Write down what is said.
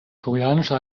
koreanische